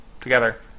together